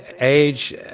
age